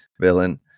villain